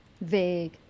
vague